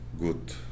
good